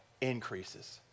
increases